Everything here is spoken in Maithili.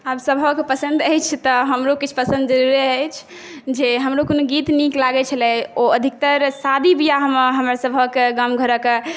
आब सभक पसन्द अछि तऽ हमरो किछु पसन्द जरुरे अछि जे हमरो कोनो गीत नीक लागै छलै ओ अधिकतर शादी बियाहमे हमरा सभकेँ गाँव घरक